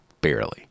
barely